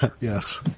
Yes